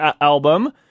album